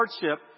hardship